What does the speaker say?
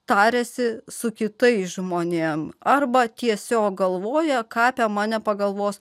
tariasi su kitais žmonėms arba tiesiog galvoja ką apie mane pagalvos